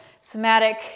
somatic